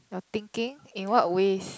your thinking in what ways